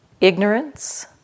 Ignorance